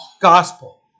gospel